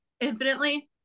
infinitely